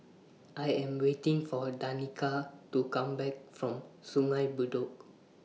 I Am waiting For Danika to Come Back from Sungei Bedok